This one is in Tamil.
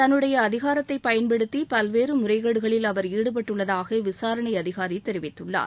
தன்னுடைய அதிகாரத்தை பயன்படுத்தி பல்வேறு முறைகேடுகளில் அவர் ஈடுபட்டுள்ளதாக விசாரணை அதிகாரி தெரிவித்துள்ளார்